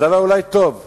זה אולי דבר טוב,